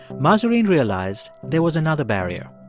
mahzarin realized there was another barrier.